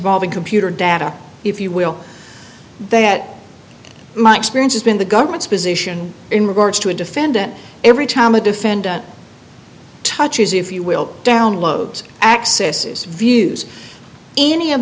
valving computer data if you will that my experience has been the government's position in regards to a defendant every time a defendant touches if you will download accesses views any of